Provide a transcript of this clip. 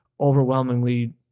overwhelmingly